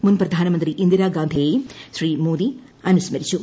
മുൻപ്രധാനമന്ത്രി ഇന്ദിരാഗാന്ധിയേയും ശ്രീ മോദി അനുസ്മരിച്ചു